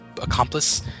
accomplice